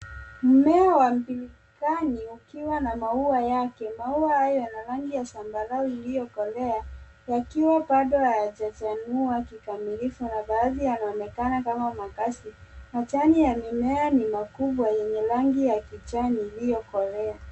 Mmea wa mbilikani ukiwa na maua yake. Maua haya yana rangi ya zambarau iliyokolea yakiwa bado hayajachanua kikamilifu na baadhi yanaonekana kama makasi. Majani ya mimea ni makubwa yenye rangi ya kijani iliyokolea.